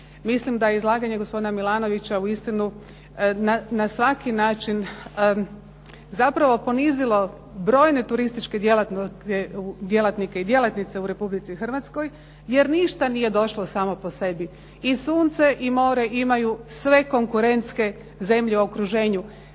Mislim da je izlaganje gospodina Milanovića uistinu na svaki način zapravo ponizilo brojne turističke djelatnike i djelatnice u Republici Hrvatskoj jer ništa nije došlo samo po sebi. I sunce i more imaju sve konkurentske zemlje u okruženju.